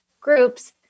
groups